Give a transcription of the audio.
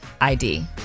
id